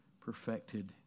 perfected